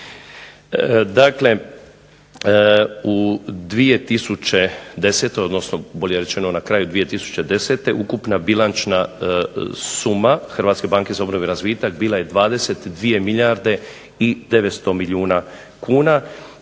Dakle, u 2010. odnosno bolje rečeno na kraju 2010. ukupna bilančna suma HBOR-a bila je 22 milijarde i 900 milijuna kuna.